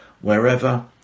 wherever